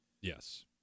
Yes